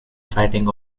fighting